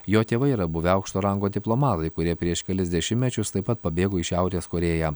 jo tėvai yra buvę aukšto rango diplomatai kurie prieš kelis dešimtmečius taip pat pabėgo į šiaurės korėją